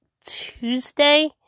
Tuesday